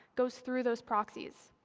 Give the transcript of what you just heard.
goes through those proxies.